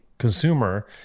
consumer